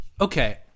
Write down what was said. Okay